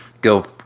go